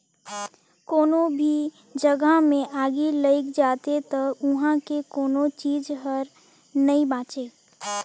कोनो भी जघा मे आगि लइग जाथे त उहां के कोनो चीच हर नइ बांचे